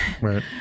Right